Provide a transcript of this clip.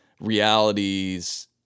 realities